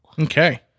Okay